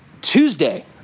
Tuesday